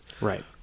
Right